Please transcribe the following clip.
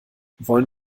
wollen